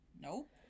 nope